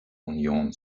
union